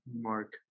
Mark